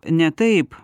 ne taip